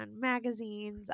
magazines